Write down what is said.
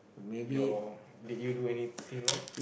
your did you do anything wrong